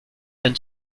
ein